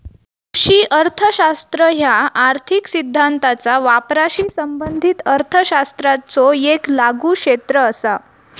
कृषी अर्थशास्त्र ह्या आर्थिक सिद्धांताचा वापराशी संबंधित अर्थशास्त्राचो येक लागू क्षेत्र असा